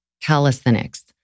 calisthenics